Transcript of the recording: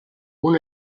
una